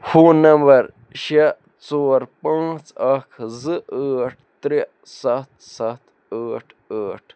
phone number شےٚ ژور پانٛژھ اَکھ زٕ ٲٹھ ترٛےٚ سَتھ سَتھ ٲٹھ ٲٹھ